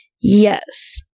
Yes